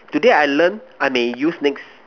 today I learn I may use next